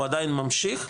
הוא עדיין ממשיך,